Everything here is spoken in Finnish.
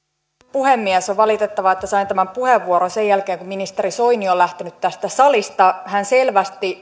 puhemies on valitettavaa että sain tämän puheenvuoron sen jälkeen kun ministeri soini on lähtenyt tästä salista hän selvästi